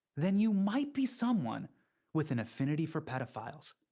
then you might be someone with an affinity for pedophiles.